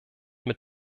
mit